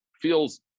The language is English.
feels